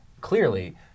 clearly